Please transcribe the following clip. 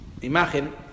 imagen